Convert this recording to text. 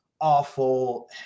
awful